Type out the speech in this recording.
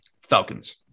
Falcons